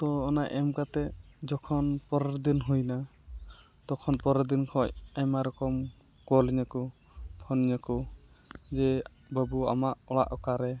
ᱛᱳ ᱚᱱᱟ ᱮᱢ ᱠᱟᱛᱮᱫ ᱡᱚᱠᱷᱚᱱ ᱯᱚᱨᱮᱨ ᱫᱤᱱ ᱦᱩᱭ ᱮᱱᱟ ᱛᱚᱠᱷᱚᱱ ᱯᱚᱨᱮᱨ ᱫᱤᱱ ᱠᱷᱚᱱ ᱟᱭᱢᱟ ᱨᱚᱠᱚᱢ ᱠᱚᱞᱟᱹᱧᱟᱹ ᱠᱚ ᱯᱷᱚᱱᱟᱹᱧᱟᱹᱠᱚ ᱡᱮ ᱵᱟᱹᱵᱩ ᱟᱢᱟᱜ ᱚᱲᱟᱜ ᱚᱠᱟᱨᱮ